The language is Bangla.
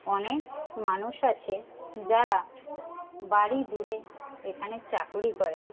অনেক মানুষ আছে যারা বাড়ি দূরে এখানে চাকুরি করেন